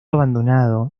abandonado